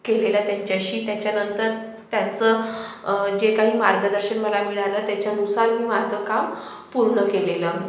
केलेला त्यांच्याशी त्याच्यानंतर त्यांचं जे काही मार्गदर्शन मला मिळालं त्याच्यानुसार मी माझं काम पूर्ण केलेलं